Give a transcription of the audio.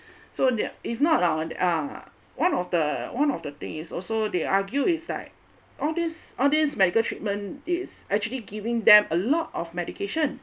so their if not lah uh one of the one of the thing is also they argue is like all these all these medical treatment is actually giving them a lot of medication